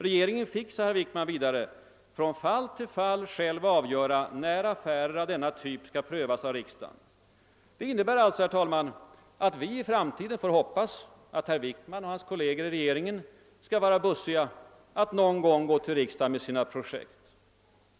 Regeringen fick, sade herr Wickman vidare, från fall till fall själv avgöra när affärer av denna typ skall prövas av riksdagen. Det innebär alltså, herr talman, att vi i framtiden får hoppas att herr Wickman och hans kolleger i regeringen skall vara »bussiga» nog att någon gång gå till riksdagen med sina projekt.